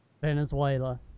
Venezuela